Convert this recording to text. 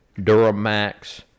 Duramax